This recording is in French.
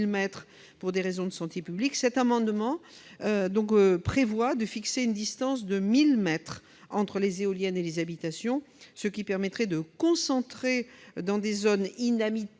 mètres pour des raisons de santé publique, cet amendement vise à fixer une distance de 1 000 mètres entre les éoliennes et les habitations, ce qui permettrait de concentrer dans des zones inhabitées